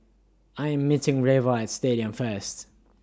I Am meeting Reva At Stadium First